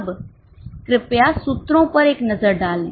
अब कृपया सूत्रों पर एक नज़र डालें